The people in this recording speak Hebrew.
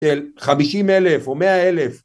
אל חמישים אלף או מאה אלף